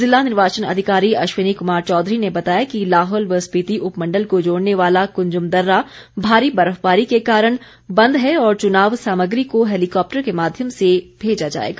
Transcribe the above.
जिला निर्वाचन अधिकारी अश्वनी कुमार चौधरी ने बताया कि लाहौल व स्पीति उपमण्डल को जोड़ने वाला कुंजम दर्रा भारी बर्फबारी के कारण बंद है और चुनाव सामग्री को हैलीकॉप्टर के माध्यम से भेजा जाएगा